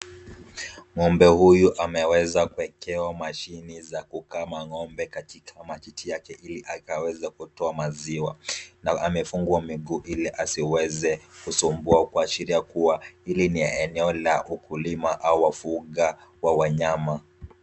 Ng'ombe huyu ameweza kuwekewa mashini za kukama ng'ombe katika matiti yake ili akaweze kutoa maziwa ,na amefungwa miguu ili asiweze kusumbua kuashiria kuwa hili ni eneo la ukulima au wafuga wanyama.